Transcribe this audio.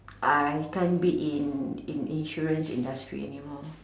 I can't be in in insurance industry anymore